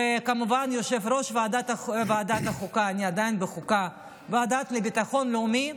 וכמובן יושב-ראש הוועדה לביטחון לאומי,